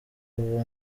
uwo